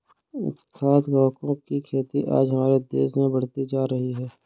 खाद्य कवकों की खेती आज हमारे देश में बढ़ती जा रही है